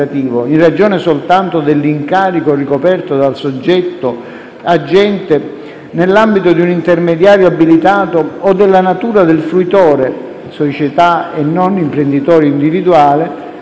in ragione soltanto dell'incarico ricoperto dal soggetto agente nell'ambito di un intermediario abilitato o della natura del fruitore (società e non imprenditore individuale),